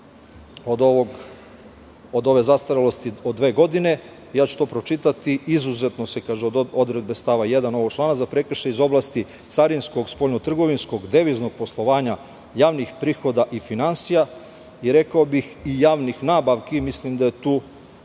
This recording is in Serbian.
od ove zastarelosti od dve godine. Ja ću to pročitati – izuzetno se od odredbe stava 1. ovog člana za prekršaj iz oblasti carinskog, spoljnotrgovinskog, deviznog poslovanja, javnih prihoda i finansija i rekao bih i javnih nabavki i mislim da je tu